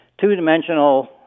two-dimensional